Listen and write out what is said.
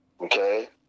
Okay